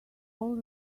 all